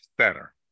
center